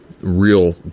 real